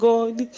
God